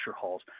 halls